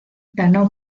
ganó